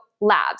labs